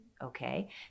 Okay